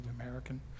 American